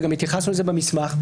וגם התייחסנו לזה במסמך,